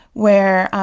where,